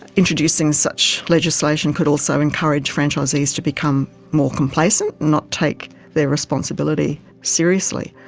introducing such legislation could also encourage franchisees to become more complacent not take their responsibilities seriously.